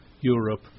Europe